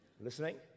listening